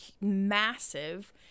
massive